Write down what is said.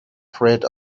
afraid